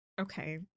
Okay